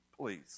please